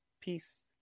Peace